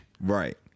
Right